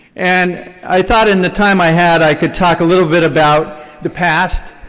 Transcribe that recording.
and i thought in the time i had i could talk a little bit about the past,